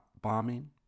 bombing